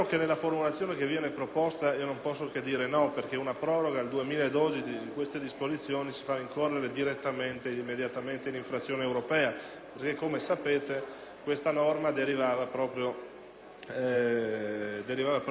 Come sapete, questa norma derivava proprio da una direttiva europea che ci chiedeva l'apertura al mercato e la fine di fatto della condizione di monopolio